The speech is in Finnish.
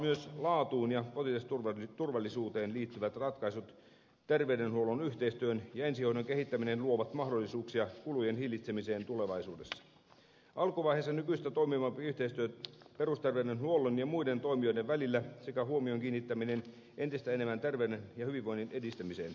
myös laatuun ja potilasturvallisuuteen liittyvät ratkaisut terveydenhuollon yhteistyön ja ensihoidon kehittäminen luovat mahdollisuuksia kulujen hillitsemiseen tulevaisuudessa alkuvaiheessa nykyistä toimivampi yhteistyö perusterveydenhuollon ja muiden toimijoiden välillä sekä huomion kiinnittäminen entistä enemmän terveyden ja hyvinvoinnin edistämiseen